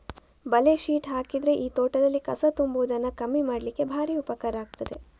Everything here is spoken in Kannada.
ಬಲೆ ಶೀಟ್ ಹಾಕಿದ್ರೆ ಈ ತೋಟದಲ್ಲಿ ಕಸ ತುಂಬುವುದನ್ನ ಕಮ್ಮಿ ಮಾಡ್ಲಿಕ್ಕೆ ಭಾರಿ ಉಪಕಾರ ಆಗ್ತದೆ